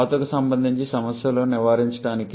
కోతకు సంబంధించిన సమస్యలను నివారించడానికి